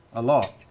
a lot.